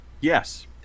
Yes